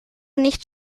nicht